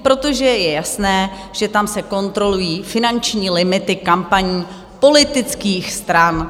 Protože je jasné, že tam se kontrolují finanční limity kampaní politických stran.